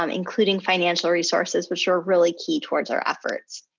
um including financial resources, which are really key towards our efforts.